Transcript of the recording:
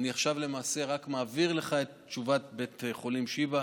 ואני עכשיו למעשה רק מעביר לך את תשובת בית החולים שיבא,